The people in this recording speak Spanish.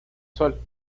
sol